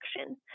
action